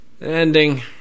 ending